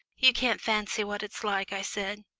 you can't fancy what it's like, i said.